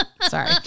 Sorry